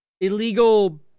illegal